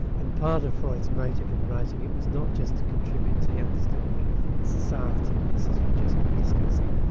and part of freud's motive in writing it was not just to contribute to the understand of society and the issues we've just been discussing,